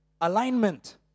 alignment